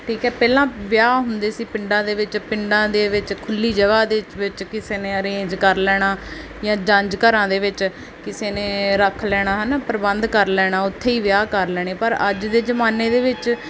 ਠੀਕ ਹੈ ਪਹਿਲਾਂ ਵਿਆਹ ਹੁੰਦੇ ਸੀ ਪਿੰਡਾਂ ਦੇ ਵਿੱਚ ਪਿੰਡਾਂ ਦੇ ਵਿੱਚ ਖੁੱਲ੍ਹੀ ਜਗ੍ਹਾ ਦੇ ਵਿੱਚ ਕਿਸੇ ਨੇ ਅਰੇਂਜ ਕਰ ਲੈਣਾ ਜਾਂ ਜੰਝ ਘਰਾਂ ਦੇ ਵਿੱਚ ਕਿਸੇ ਨੇ ਰੱਖ ਲੈਣਾ ਹੈ ਨਾ ਪ੍ਰਬੰਧ ਕਰ ਲੈਣਾ ਉੱਥੇ ਹੀ ਵਿਆਹ ਕਰ ਲੈਣੇ ਪਰ ਅੱਜ ਦੇ ਜਮਾਨੇ ਦੇ ਵਿੱਚ